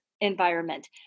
environment